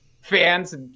fans